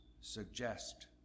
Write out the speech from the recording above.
suggest